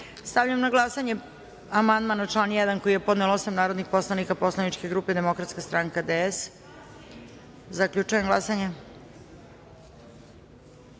na glasanje amandman na član 1. koji je podnelo osam narodnih poslanika Poslaničke grupe Demokratska stranka – DS.Zaključujem glasanje: